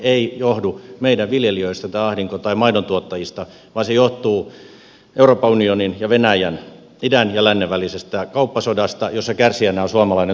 ei johdu meidän viljelijöistä tämä ahdinko tai maidontuottajista vaan se johtuu euroopan unionin ja venäjän idän ja lännen välisestä kauppasodasta jossa kärsijänä on suomalainen tuottaja maidontuottaja